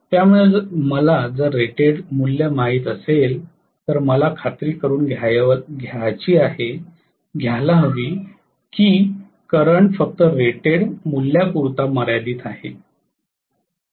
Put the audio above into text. त्यामुळे मला जर रेटेड मूल्य माहीत असेल तर मला खात्री करून घ्यायला हवी की करंट फक्त रेटेड मूल्यापुरता मर्यादित आहे